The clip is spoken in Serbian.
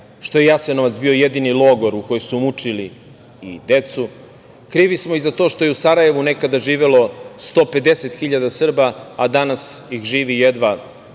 što je Jasenovac bio jedini logor u kojem su mučili i decu. Krivi smo i za to što je u Sarajevu nekada živelo 150 hiljada Srba, a danas ih živi jedva